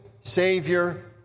Savior